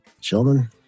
children